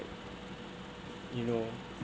you know